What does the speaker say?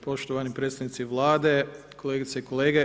Poštovani predstavnici Vlade, kolegice i kolege.